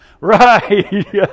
right